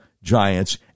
Giants